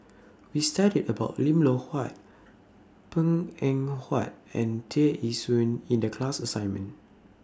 We studied about Lim Loh Huat Png Eng Huat and Tear Ee Soon in The class assignment